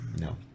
No